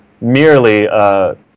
merely